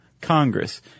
Congress